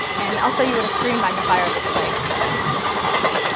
and i'll show you what a screen magnifier looks like on this tab.